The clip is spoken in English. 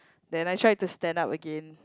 then I tried to stand up again